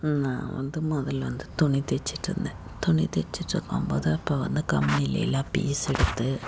நான் வந்து முதல் வந்து துணி தெச்சுட்ருந்தேன் துணி தெச்சுட்ருக்கம்போது அப்போ வந்து கம்மிலெல்லாம் பீஸ் எடுத்து